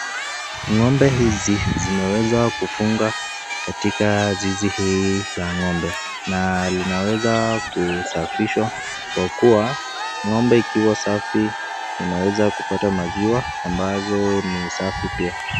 Ng'ombe hizi zimeweza kudungwa katika zizi hili la ng'ombe na linaweza kusafishwa kwa kuwa ng'ombe ikiwa safi tunaweza kupata maziwa ambayo ni safi pia.